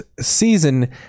season